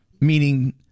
Meaning